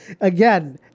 Again